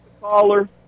caller